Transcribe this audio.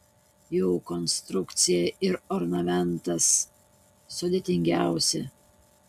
jų konstrukcija ir ornamentas sudėtingiausi